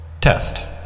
Test